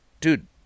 Dude